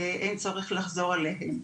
אין צורך לחזור עליהם.